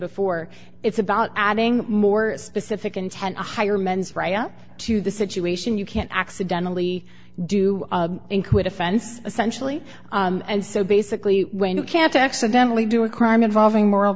before it's about adding more specific intent to higher mens right up to the situation you can't accidentally do include offense essentially and so basically when you can't accidentally do a crime involving moral